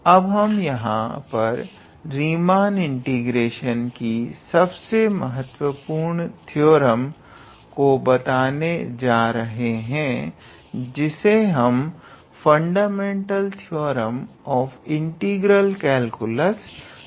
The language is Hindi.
अब हम यहां पर रीमान इंटीग्रेशन की सबसे महत्वपूर्ण थ्योरम को बताने जा रहे हैं जिसे हम fundamental theorem of integral calculus कहते हैं